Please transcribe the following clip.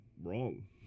wrong